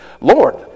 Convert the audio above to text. Lord